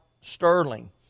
Sterling